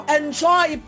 enjoy